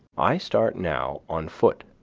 i start now on foot,